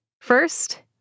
First